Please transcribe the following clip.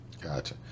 Gotcha